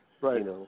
Right